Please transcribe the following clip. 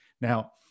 now